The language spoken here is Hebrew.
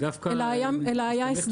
אלא היה הסדר.